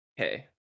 okay